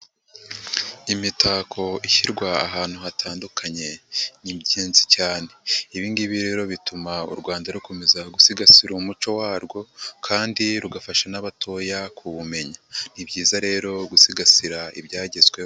Imitako ishyirwa ahantu hatandukanye ni ingenzi cyane, ibi ngibi rero bituma u Rwanda rukomeza gusigasira umuco warwo kandi rugafasha n'abatoya kuwumenya, ni byiza rero gusigasira ibyagezweho.